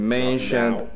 mentioned